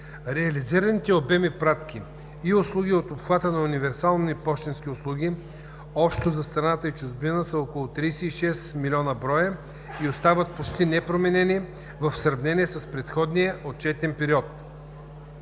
Реализираните обеми пратки и услуги от обхвата на универсални пощенски услуги общо за страната и чужбина са около 36 млн. броя и остават почти непроменени в сравнение с предходния отчетен период.